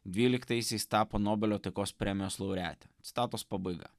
dvyliktaisiais tapo nobelio taikos premijos laureate citatos pabaiga